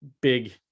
big